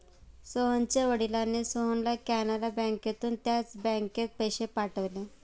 सोहनच्या वडिलांनी सोहनला कॅनरा बँकेतून त्याच बँकेत पैसे पाठवले